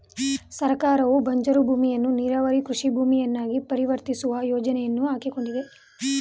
ಸರ್ಕಾರವು ಬಂಜರು ಭೂಮಿಯನ್ನು ನೀರಾವರಿ ಕೃಷಿ ಭೂಮಿಯಾಗಿ ಪರಿವರ್ತಿಸುವ ಯೋಜನೆಗಳನ್ನು ಹಾಕಿಕೊಂಡಿದೆ